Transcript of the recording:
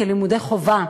כלימודי חובה.